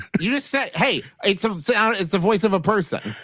you just said. hey. it's um so it's a voice of a person.